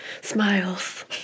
smiles